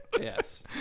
yes